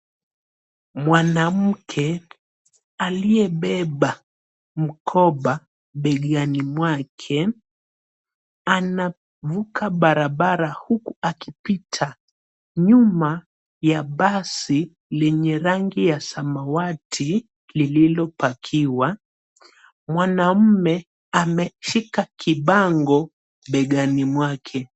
Mwanamke aliyebeba mkoba begani mwake anavuka barabara huku akipita nyuma ya basi lenye rangi ya samawati lililopakiwa. Mwanaume ameshika kibango begani mwake.